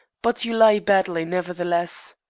but you lie badly, nevertheless.